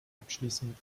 abschließend